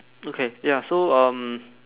okay ya so um